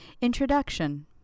Introduction